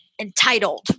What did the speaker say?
entitled